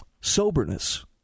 soberness